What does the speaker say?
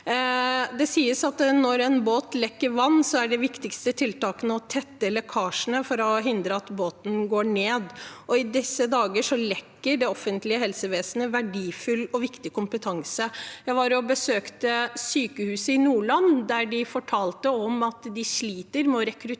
Det sies at når en båt lekker vann, er det viktigste tiltaket å tette lekkasjene for å hindre at båten går ned. I disse dager lekker det offentlige helsevesenet verdifull og viktig kompetanse. Jeg besøkte sykehuset i Nordland, der de fortalte at de sliter med å rekruttere